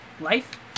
life